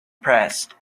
pressed